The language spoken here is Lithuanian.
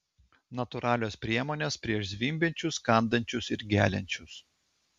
natūralios priemonės prieš zvimbiančius kandančius ir geliančius